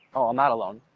well i'm not alone,